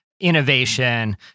innovation